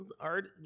art